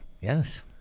Yes